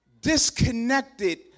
disconnected